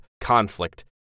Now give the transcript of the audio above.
conflict